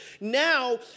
Now